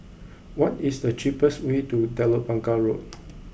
what is the cheapest way to Telok Blangah Road